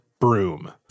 broom